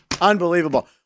Unbelievable